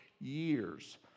years